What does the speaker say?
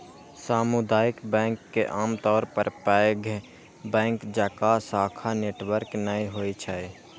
सामुदायिक बैंक के आमतौर पर पैघ बैंक जकां शाखा नेटवर्क नै होइ छै